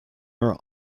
are